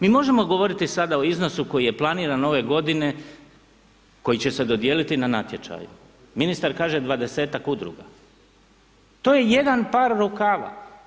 Mi možemo govoriti sada o iznosu koji je planiran ove godine, koji će se dodijeliti na natječaju, ministar kaže 20-tak udruga to je jedan par rukava.